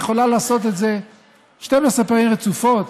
היא יכולה לעשות את זה 12 פעמים רצופות